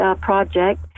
project